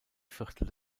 viertel